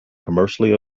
commercially